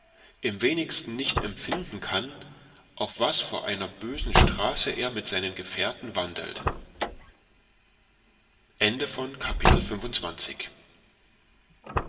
im wenigsten nicht empfinden kann auf was vor einer bösen straße er mit seinen gefährten wandelt